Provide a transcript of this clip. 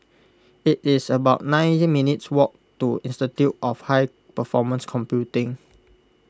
it is about nine minutes walk to Institute of High Performance Computing